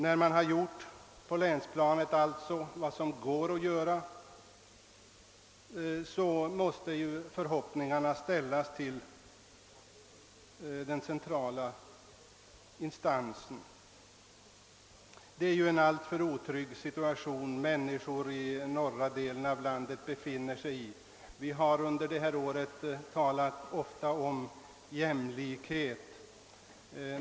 När man alltså på länsplanet gjort allt vad som kunnat göras men inte lyckats, måste förhoppningarna ställas till den centrala instansen. Människorna i den norra delen av landet befinner sig i en alltför otrygg situation. Vi har under detta år ofta talat om jämlikhet.